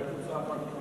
מה זה?